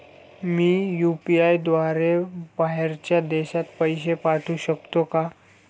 मी UPI द्वारे बाहेरच्या देशात पैसे पाठवू शकतो का?